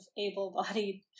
able-bodied